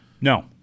No